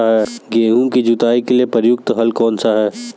गेहूँ की जुताई के लिए प्रयुक्त हल कौनसा है?